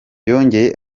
yongeye